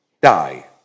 die